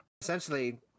Essentially